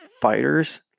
fighters